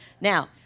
now